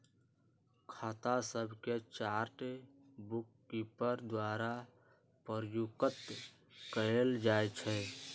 खता सभके chart bookkeeper द्वारा प्रयुक्त कएल जाइ छइ